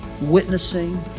witnessing